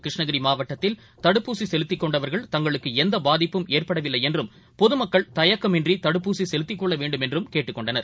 கிருஷ்ணகிரிமாவட்டத்தில் தடுப்பூசிசெலுத்திக் கொண்டவர்கள் தங்களுக்குஎந்தபாதிப்பும் ஏற்படவில்லைஎன்றும் பொதுமக்கள் தயக்கமின்றிதடுப்பூசிசெலுத்திக் கொள்ளவேண்டுமென்றும் கேட்டுக் கொண்டனர்